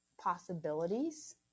possibilities